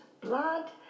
blood